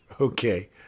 Okay